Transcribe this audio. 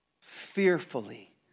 Fearfully